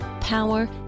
power